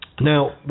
Now